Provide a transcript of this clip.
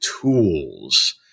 tools